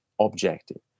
objective